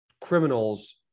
criminals